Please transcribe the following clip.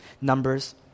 Numbers